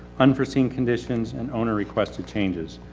unforeseen conditions and owner requested changes.